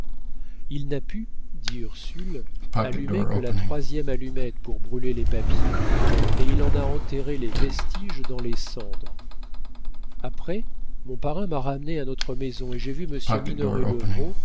il n'a pu dit ursule allumer que la troisième allumette pour brûler les papiers et il en a enterré les vestiges dans les cendres après mon parrain m'a ramenée à notre maison et j'ai vu monsieur